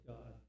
God